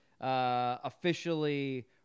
officially